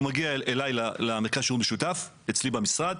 והוא מגיע אלי למרכז השירות המשותף אצלי במשרד,